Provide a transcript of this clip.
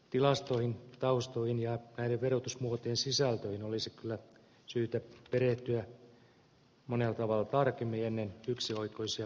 tilastoihin taustoihin ja näiden verotusmuotojen sisältöihin olisi kyllä syytä perehtyä monella tavalla tarkemmin ennen yksioikoisia johtopäätöksiä